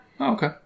okay